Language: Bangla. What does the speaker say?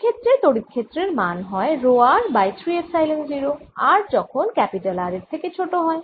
এই ক্ষেত্রে তড়িৎ ক্ষেত্রের মান হয় rho r by 3 epsilon 0 r যখন R এর থেকে ছোট হয়